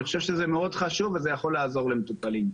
חושב שזה מאוד חשוב וזה יכול לעזור למטופלים.